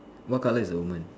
what colour is the woman